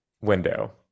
window